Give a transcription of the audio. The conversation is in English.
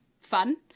fun